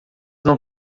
não